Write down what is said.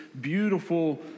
beautiful